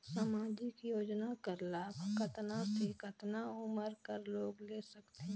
समाजिक योजना कर लाभ कतना से कतना उमर कर लोग ले सकथे?